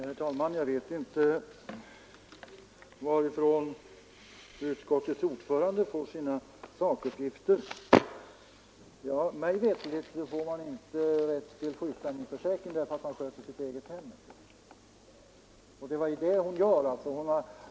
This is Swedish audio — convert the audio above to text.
"Herr talman! Jag vet inte varifrån utskottets ordförande får sina sakuppgifter. Mig veterligt får man inte ut sjukpenning därför att man sköter om sitt eget hem. Det är ju det änkan gör.